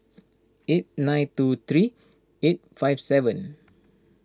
eight nine two three eight five seven